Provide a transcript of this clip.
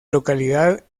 localidad